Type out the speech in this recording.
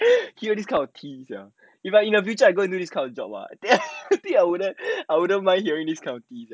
this kind of thing if in the future I go and do this kind of job ah I think I wouldn't I wouldn't mind hearing this type of thing